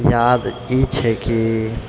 याद ई छै की